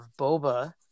Boba